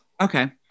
okay